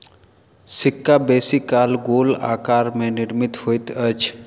सिक्का बेसी काल गोल आकार में निर्मित होइत अछि